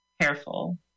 Careful